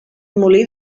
molí